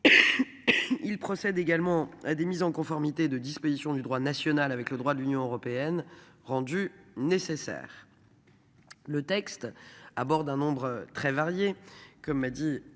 Il procède également à des mises en conformité de dispositions du droit national avec le droit de l'Union européenne rendue nécessaire. Le texte à bord d'un nombre très variées, comme a dit la